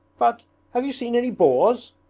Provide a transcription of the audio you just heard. but have you seen any boars